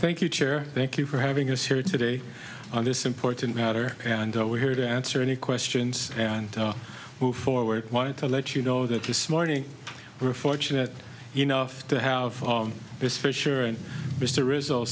thank you chair thank you for having us here today on this important matter and we're here to answer any questions and move forward wanted to let you know that this morning we were fortunate enough to have this fisher and mr result